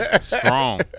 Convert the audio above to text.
Strong